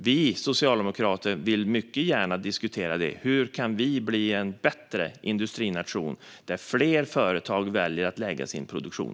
Vi socialdemokrater vill mycket gärna diskutera hur Sverige kan bli en bättre industrination där fler företag väljer att lägga sin produktion.